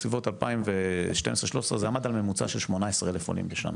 בסביבות 2012-13 זה עמד על ממוצע של 18 אלף עולים בשנה,